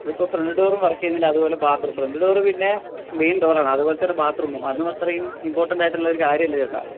ഇതിപ്പോള് ഫ്രണ്ട് ഡോറും വർക്കെയ്യുന്നില്ല അതുപോലെ ബാത്റൂം ഫ്രണ്ട് ഡോർ പിന്നെ മെയിൻ ഡോറാണ് അതുപോലെ തന്നെ ബാത്റൂമും അതും അത്രയും ഇമ്പോർട്ടൻറ്റായിട്ടുള്ളൊരു കാര്യമല്ലേ ചേട്ടാ